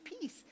peace